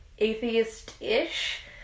atheist-ish